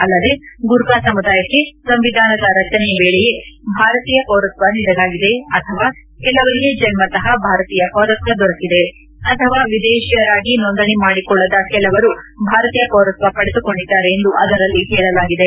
ಅಲ್ಲದೆ ಗೂರ್ಖಾ ಸಮುದಾಯಕ್ಕೆ ಸಂವಿಧಾನದ ರಚನೆ ವೇಳೇಯೇ ಭಾರತೀಯ ಪೌರತ್ಯ ನೀಡಲಾಗಿದೆ ಅಥವಾ ಕೆಲವರಿಗೆ ಜನ್ಮತಃ ಭಾರತೀಯ ಪೌರತ್ನ ದೊರಕಿದೆ ಅಥವಾ ವಿದೇಶಿಯರಾಗಿ ನೋಂದಣಿ ಮಾಡಿಕೊಳ್ಳದ ಕೆಲವರು ಭಾರತೀಯ ಪೌರತ್ನ ಪಡೆದುಕೊಂಧಿದ್ದಾರೆ ಎಂದು ಅದರಲ್ಲಿ ಹೇಳಲಾಗಿದೆ